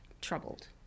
troubled